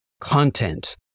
content